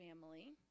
family